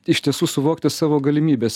iš tiesų suvokti savo galimybes